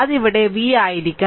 അത് ഇവിടെ V ആയിരിക്കണം